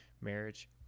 marriage